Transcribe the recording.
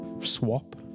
swap